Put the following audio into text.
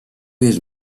his